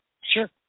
sure